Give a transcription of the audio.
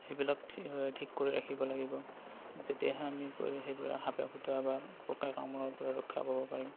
সেইবিলাক ঠিক কৰি ৰাখিব লাগিব তেতিয়াহে আমি সেইবোৰ সাপে খুটা বা পোকে কামোৰাৰপৰা ৰক্ষা কৰিব পাৰিম